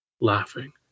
laughing